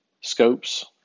scopes